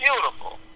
beautiful